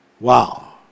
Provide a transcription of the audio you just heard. Wow